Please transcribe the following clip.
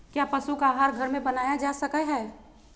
क्या पशु का आहार घर में बनाया जा सकय हैय?